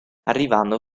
arrivando